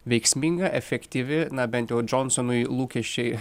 veiksminga efektyvi na bent jau džonsonui lūkesčiai